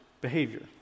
behavior